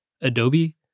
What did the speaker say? Adobe